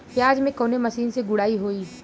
प्याज में कवने मशीन से गुड़ाई होई?